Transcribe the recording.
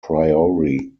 priory